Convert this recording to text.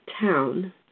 town